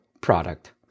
product